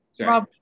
Rob